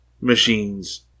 machines